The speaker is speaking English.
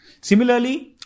Similarly